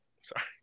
Sorry